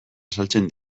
azaltzen